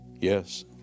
Yes